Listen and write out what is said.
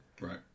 Right